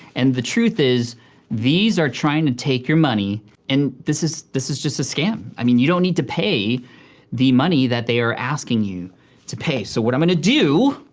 and the truth is these are trying to take your money and this is this is just a scam. i mean, you don't need to pay the money that they are asking you to pay. so what i'm gonna do,